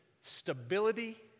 stability